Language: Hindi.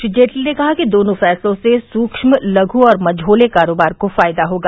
श्री जेटली ने कहा कि दोनों फैसलों से सूक्म लघु और मझोले कारोबार को फायदा होगा